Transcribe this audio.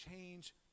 change